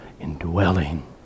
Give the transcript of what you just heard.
indwelling